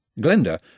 Glenda